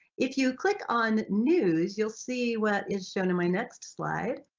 if you click on news you'll see what is shown in my next slide,